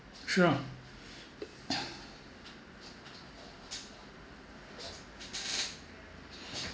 sean